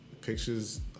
pictures